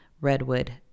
redwood